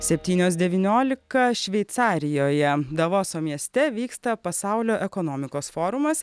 septynios devyniolika šveicarijoje davoso mieste vyksta pasaulio ekonomikos forumas